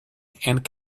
and